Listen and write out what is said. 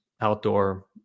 outdoor